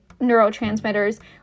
neurotransmitters